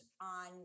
on